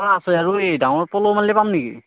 অ আছে আৰু এই ডাঙৰ পল' মাৰিলে পাম নেকি